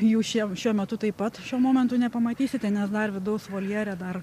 jų šie šiuo metu taip pat šiuo momentu nepamatysite nes dar vidaus voljere dar